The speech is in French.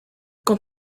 quand